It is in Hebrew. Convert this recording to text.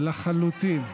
לחלוטין.